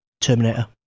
Terminator